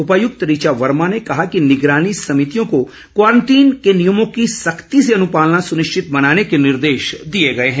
उपायुक्त ऋचा वर्मा ने कहा कि निगरानी समितियों को क्वारन्टीन के नियमों की सख्ती से अनुपालना सुनिश्चित बनाने के निर्देश दिए गए हैं